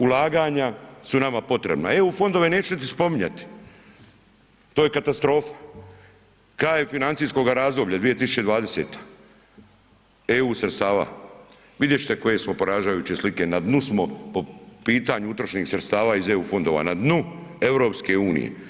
Ulaganja su nama potrebna, eu fondove neću ni spominjati, to je katastrofa, kraj financijskoga razdoblja 2020. eu sredstava, vidjet ćete koje smo poražavajuće slike, na dnu smo po pitanju utrošenih sredstava iz eu fondova, na dnu EU.